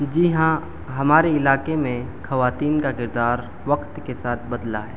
جی ہاں ہمارے علاقے میں خواتین کا کردار وقت کے ساتھ بدلا ہے